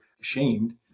ashamed